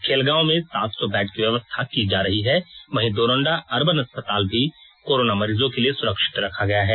खेलगांव में सात सौ बेड की व्यवस्था की जा रही है वहीं डोरंडा अर्बन अस्पताल भी कोरोना मरीजों के लिए सुरक्षित रखा गया है